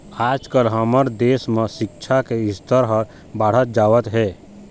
आजकाल हमर देश म सिक्छा के स्तर ह बाढ़त जावत हे